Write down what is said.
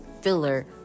filler